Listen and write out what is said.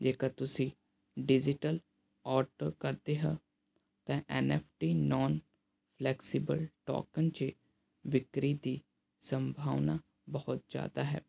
ਜੇਕਰ ਤੁਸੀਂ digital order ਕਰਦੇ ਹਾਂ ਤਾਂ N F T non flexible token 'ਚ ਵਿਕਰੀ ਦੀ ਸੰਭਾਵਨਾ ਬਹੁਤ ਜ਼ਿਆਦਾ ਹੈ